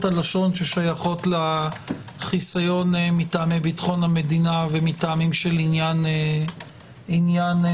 הלשון ששייכות לחיסיון מטעמי ביטחון המדינה ומטעמים של עניין ציבורי.